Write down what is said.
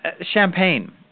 Champagne